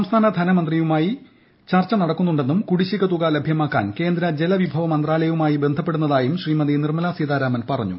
സംസ്ഥാന ധനമന്ത്രിയുമായി ചർച്ച നടക്കുന്നുണ്ടെന്നും കുടിശ്ശിക തുക ലഭ്യമാക്കാൻ കേന്ദ്ര ജലവിഭവ മന്ത്രാലയവുമായി ബന്ധപ്പെടുന്നതായും ശ്രീമതി നിർമ്മല സീതാരാമൻ പറഞ്ഞു